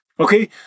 Okay